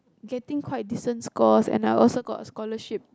getting quite decent scores and I also got scholarship